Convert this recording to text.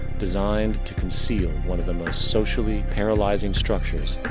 designed to conceal one of the most socially paralyzing structures,